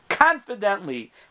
Confidently